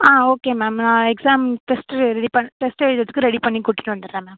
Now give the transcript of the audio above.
ஆ okay ma'am நான் exam test ready பண் test எழுதுறதுக்கு ரெடி பண்ணி கொடுத்துட்டு வந்துடுறேன் மேம்